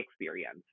experience